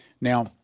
Now